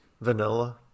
Vanilla